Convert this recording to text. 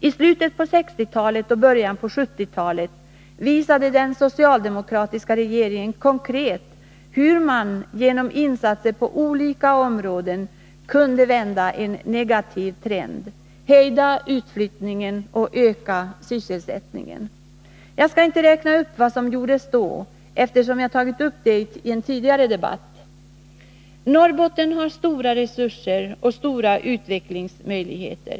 I slutet på 1960-talet och början på 1970-talet visade den socialdemokratiska regeringen konkret hur man genom insatser på olika områden kunde vända en negativ trend, hejda utflyttningen och öka sysselsättningen. Jag skall inte räkna upp vad som gjordes då, eftersom jag tagit upp det i en tidigare debatt. Norrbotten har stora resurser och utvecklingsmöjligheter.